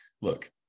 look